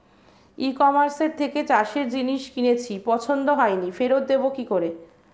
ই কমার্সের থেকে চাষের জিনিস কিনেছি পছন্দ হয়নি ফেরত দেব কী করে?